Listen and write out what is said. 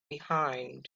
behind